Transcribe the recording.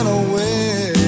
away